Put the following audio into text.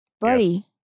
buddy